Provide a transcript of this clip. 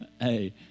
Hey